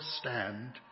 stand